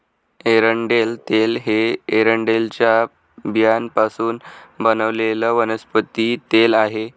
एरंडेल तेल हे एरंडेलच्या बियांपासून बनवलेले वनस्पती तेल आहे